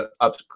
up